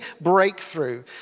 breakthrough